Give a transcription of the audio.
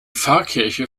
pfarrkirche